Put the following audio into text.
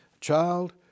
child